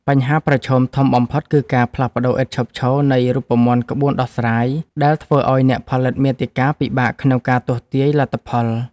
បញ្ហាប្រឈមធំបំផុតគឺការផ្លាស់ប្តូរឥតឈប់ឈរនៃរូបមន្តក្បួនដោះស្រាយ ដែលធ្វើឱ្យអ្នកផលិតមាតិកាពិបាកក្នុងការទស្សន៍ទាយលទ្ធផល។